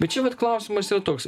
bet čia vat klausimas jau toks